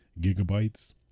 gigabytes